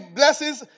blessings